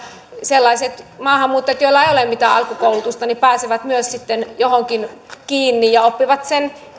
sellaiset maahanmuuttajat joilla ei ole mitään alkukoulutusta pääsevät myös sitten johonkin kiinni ja oppivat